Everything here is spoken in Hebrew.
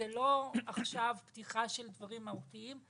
זאת לא פתיחה של דברים מהותיים.